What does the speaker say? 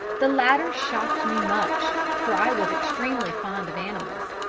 the latter shocked me much, for i was extremely fond of animals.